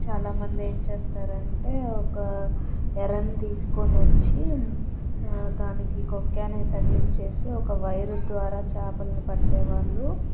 చాలా మంది ఏం చేస్తారంటే ఒక ఎరని తీసుకుని వచ్చి దానికి కొక్కానికి తగిలించేసి ఒక వైరు ద్వారా చేపలను పట్టేవాళ్ళు